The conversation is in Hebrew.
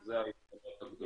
אז זה היתרון הגדול.